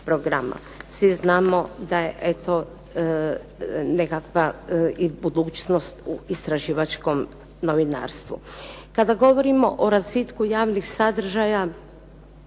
Svi znamo da je eto nekakva i budućnost u istraživačkom novinarstvu. Kada govorimo o razvitku javnih sadržaja